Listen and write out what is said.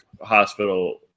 hospital